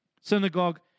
synagogue